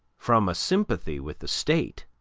from a sympathy with the state,